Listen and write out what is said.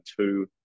two